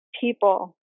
people